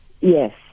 Yes